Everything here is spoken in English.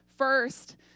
First